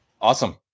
Awesome